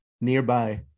nearby